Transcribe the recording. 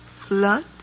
Flood